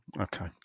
okay